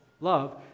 love